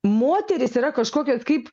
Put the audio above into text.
moterys yra kažkokios kaip